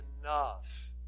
enough